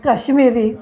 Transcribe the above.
Kashmiri